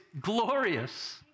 glorious